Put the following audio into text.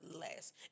less